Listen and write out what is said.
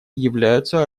являются